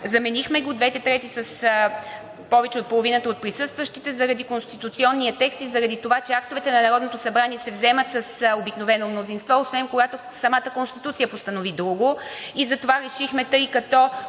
Заменихме двете трети с повече от половината от присъстващите заради конституционния текст и заради това, че актовете на Народното събрание се вземат с обикновено мнозинство, освен когато самата Конституция постанови друго. И затова решихме, тъй като,